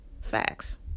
Facts